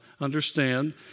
understand